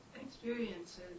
experiences